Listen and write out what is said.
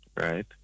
right